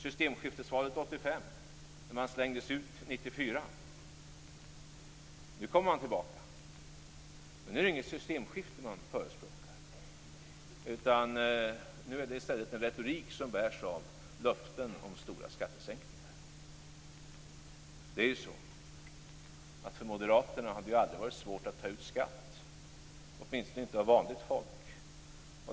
Det gäller 1994. Nu kommer man tillbaka, men nu är det inget systemskifte man förespråkar. Nu är det i stället en retorik som bärs av löften om stora skattesänkningar. Det är ju så att för Moderaterna har det aldrig varit svårt att ta ut skatt, åtminstone inte av vanligt folk.